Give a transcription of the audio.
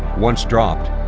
once dropped,